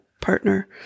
partner